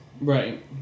Right